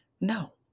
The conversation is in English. No